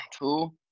Two